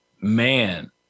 man